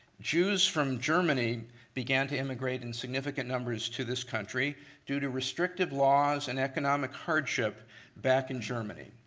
jews from germany began to immigrate in significant numbers to this country due to restrictive laws and economic hardship back in germany.